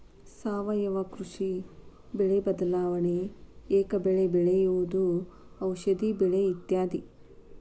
ಸಾವಯುವ ಕೃಷಿ, ಬೆಳೆ ಬದಲಾವಣೆ, ಏಕ ಬೆಳೆ ಬೆಳೆಯುವುದು, ಔಷದಿ ಬೆಳೆ ಇತ್ಯಾದಿ